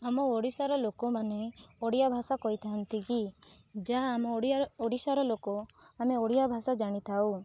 ଆମ ଓଡ଼ିଶାର ଲୋକମାନେ ଓଡ଼ିଆ ଭାଷା କହିଥାନ୍ତି କି ଯାହା ଆମ ଓଡ଼ିଆର ଓଡ଼ିଶାର ଲୋକ ଆମେ ଓଡ଼ିଆ ଭାଷା ଜାଣିଥାଉ